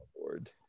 board